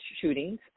shootings